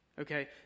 Okay